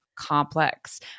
complex